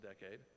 decade